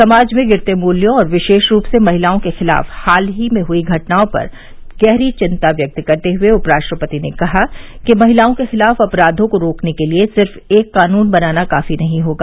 समाज में गिरते मूल्यों और विशेष रूप से महिलाओं के खिलाफ हाल में हुई घटनाओं पर गहरी चिंता व्यक्त करते हुए उप राष्ट्रपति ने कहा कि महिलाओं के खिलाफ अपराधों को रोकने के लिए सिर्फ एक कानून बनाना काफी नहीं होगा